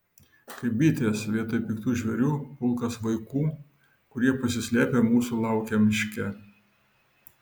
kaip bitės pasipylė vietoj piktų žvėrių pulkas vaikų kurie pasislėpę mūsų laukė miške